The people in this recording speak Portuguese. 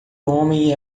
homem